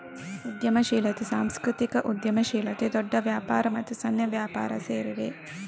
ಉದ್ಯಮಶೀಲತೆ, ಸಾಂಸ್ಕೃತಿಕ ಉದ್ಯಮಶೀಲತೆ, ದೊಡ್ಡ ವ್ಯಾಪಾರ ಮತ್ತು ಸಣ್ಣ ವ್ಯಾಪಾರ ಸೇರಿವೆ